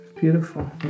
Beautiful